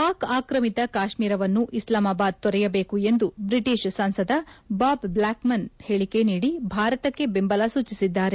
ಪಾಕ್ ಆಕ್ರಮಿತ ಕಾಶ್ಮೀರವನ್ನೂ ಇಸ್ಲಾಮಾಬಾದ್ ತೊರೆಯಬೇಕು ಎಂದು ಬ್ರಿಟಿಷ್ ಸಂಸದ ಬಾಬ್ ಬ್ಲಾಕ್ಮನ್ ಹೇಳಿಕೆ ನೀಡಿ ಭಾರತಕ್ಕೆ ಬೆಂಬಲ ಸೂಚಿಸಿದ್ದಾರೆ